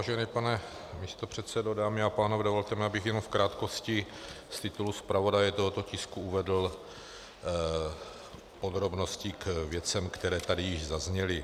Vážený pane místopředsedo, dámy a pánové, dovolte mi, abych jen v krátkosti z titulu zpravodaje tohoto tisku uvedl podrobnosti k věcem, které tady již zazněly.